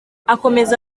akomeza